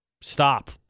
Stop